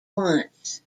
once